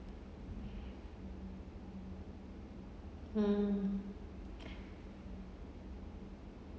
mm